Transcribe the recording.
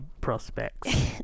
prospects